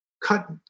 cut